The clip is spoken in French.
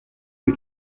que